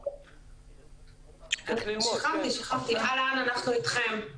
שלום, אנחנו איתכם.